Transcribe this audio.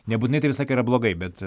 nebūtinai tai visą laiką yra blogai bet